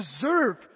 deserve